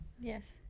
yes